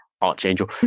Archangel